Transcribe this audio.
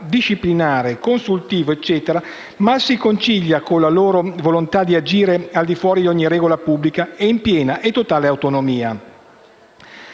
disciplinare e consultivo, mal si concilia con la loro volontà di agire al di fuori di ogni regola pubblica ed in piena e totale autonomia.